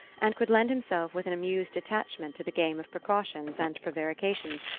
and could lend himself with an amused detachment to the game of precautions and prevarications,